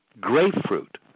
Grapefruit